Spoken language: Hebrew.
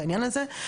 יש תקופת התארגנות,